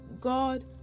God